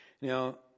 Now